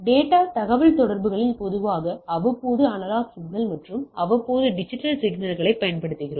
data தகவல்தொடர்புகளில் பொதுவாக அவ்வப்போது அனலாக் சிக்னல்கள் மற்றும் அவ்வப்போது டிஜிட்டல் சிக்னல்களைப் பயன்படுத்துகிறோம்